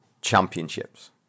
championships